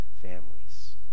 families